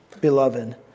beloved